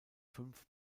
fünf